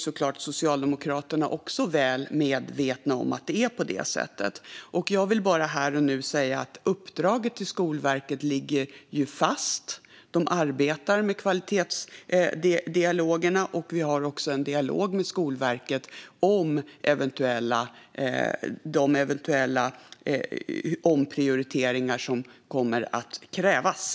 Socialdemokraterna är såklart väl medvetna om att det är på det sättet. Jag vill bara säga här och nu att uppdraget till Skolverket ligger fast. De arbetar med kvalitetsdialogerna. Regeringen har också en dialog med Skolverket om de eventuella omprioriteringar som kommer att krävas.